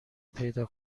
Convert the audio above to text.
پیدا